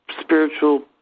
spiritual